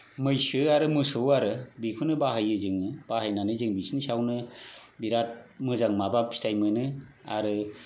मैसो आरो मोसौ आरो बेखौनो बाहायो जोङो बाहायनानै जों बिसोरनि सायावनो बिराद मोजां माबा फिथाय मोनो आरो